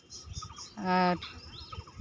ᱟᱨ